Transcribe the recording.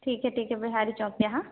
ठीक है ठीक है बिहारी चौक पर हाँ